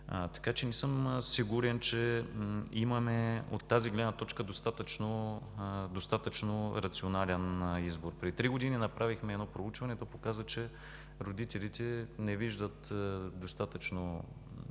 науки. Не съм сигурен, че имаме от тази гледна точка достатъчно рационален избор. Преди три години направихме едно проучване. То показа, че родителите не виждат достатъчно